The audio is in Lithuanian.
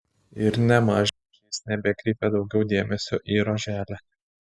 ir nėmaž jis nebekreipė daugiau dėmesio į roželę